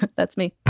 that's me